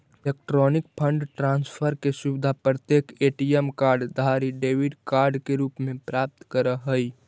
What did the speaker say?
electronic fund transfer के सुविधा प्रत्येक ए.टी.एम कार्ड धारी डेबिट कार्ड के रूप में प्राप्त करऽ हइ